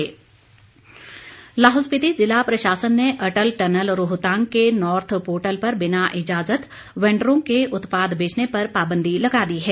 अटल tunnel Lahaul Spiti जिला प्रशासन ने अटल टनल रोहतांग के नॉर्थ पोर्टल पर बिना इजाजत वेंडरो के उत्पाद बेचने पर पाबंदी लगा दी है